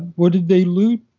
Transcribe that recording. what did they loot?